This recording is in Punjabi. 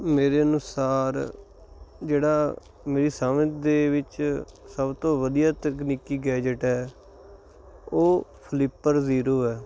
ਮੇਰੇ ਅਨੁਸਾਰ ਜਿਹੜਾ ਮੇਰੀ ਸਮਝ ਦੇ ਵਿੱਚ ਸਭ ਤੋਂ ਵਧੀਆ ਤਕਨੀਕੀ ਗੈਜੇਟ ਹੈ ਉਹ ਫਲੀਪਰ ਜ਼ੀਰੋ ਹੈ